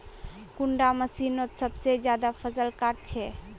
कुंडा मशीनोत सबसे ज्यादा फसल काट छै?